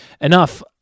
Enough